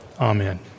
Amen